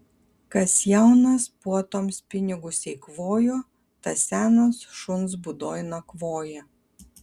kas jaunas puotoms pinigus eikvojo tas senas šuns būdoj nakvoja